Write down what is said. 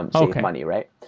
and um money, right?